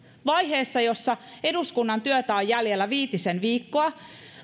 vaiheessa jossa eduskunnan työtä on jäljellä viitisen viikkoa